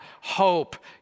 hope